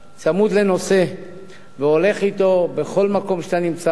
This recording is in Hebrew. צמוד לנושא והולך אתו לכל מקום שאתה נמצא בו.